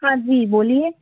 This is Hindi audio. हाँ जी बोलिए